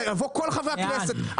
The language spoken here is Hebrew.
כל חברי הכנסת,